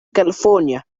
california